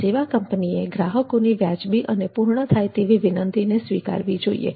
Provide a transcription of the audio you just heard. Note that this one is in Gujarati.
સેવા કંપનીએ ગ્રાહકોની વ્યાજબી અને પૂર્ણ થાય તેવી વિનંતીને સ્વીકારવી જોઈએ